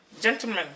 gentlemen